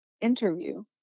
interview